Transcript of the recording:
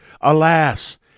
Alas